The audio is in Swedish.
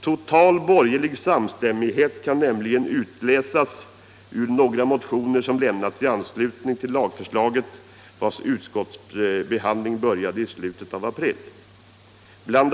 Total borgerlig samstämmighet kan nämligen utläsas ur några motioner som lämnats i anslutning till lagförslaget vars utskottsbehandling började i slutet av april. Bl.